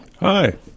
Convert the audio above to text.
Hi